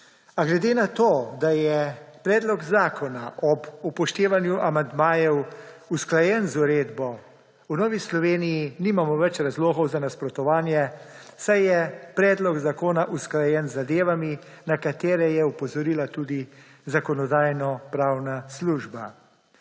A glede na to, da je predlog zakona ob upoštevanju amandmajev usklajen z uredbo, v Novi Sloveniji nimamo več razlogov za nasprotovanje, saj je predlog zakona usklajen z zadevami, na katere je opozorila tudi Zakonodajno-pravna služba.